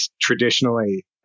traditionally